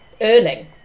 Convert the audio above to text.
earning